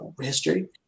history